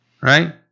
right